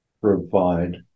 provide